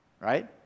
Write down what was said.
Right